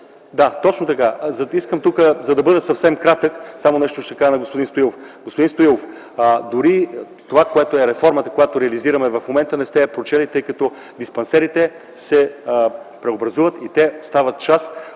Да, точно така. За да бъда съвсем кратък, ще кажа нещо на господин Стоилов. Господин Стоилов, дори това, което е реформата, която реализираме в момента, не сте я прочели, тъй като диспансерите се преобразуват и те стават част